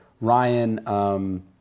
Ryan